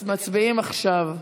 מצביעים עכשיו.